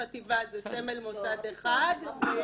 חטיבה זה סמל מוסד אחד, תיכון